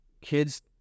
kids